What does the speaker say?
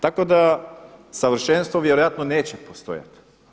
Tako da savršenstvo vjerojatno neće postojati.